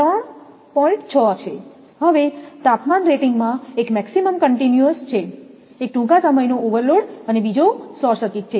હવે તાપમાન રેટિંગમાં એક મેક્સિમમ કંટીન્યુસ છે એક ટૂંકા સમયનો ઓવરલોડ અને બીજો શોર્ટ સર્કિટ છે